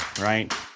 right